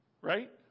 right